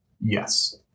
Yes